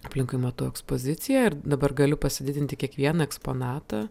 aplinkui matau ekspoziciją ir dabar galiu pasididinti kiekvieną eksponatą